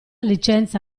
licenza